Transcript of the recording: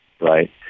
right